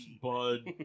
Bud